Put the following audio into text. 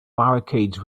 barricades